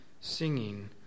singing